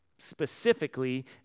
specifically